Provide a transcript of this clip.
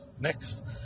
next